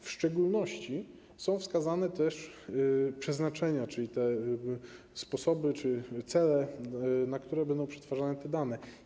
W szczególności są wskazane też przeznaczenia, czyli te sposoby czy cele, na które będą przetwarzane te dane.